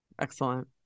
Excellent